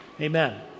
Amen